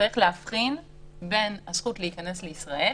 צריך להבחין בין הזכות להיכנס לישראל